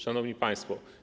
Szanowni Państwo!